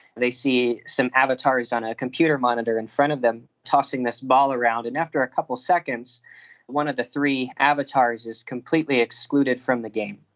they see some avatars on a computer monitor in front of them tossing this ball around, and after a couple of seconds one of the three avatars is completely excluded from the game.